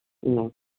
అవునా